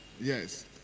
Yes